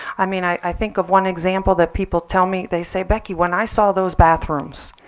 i mean, i think of one example that people tell me. they say, becky, when i saw those bathrooms,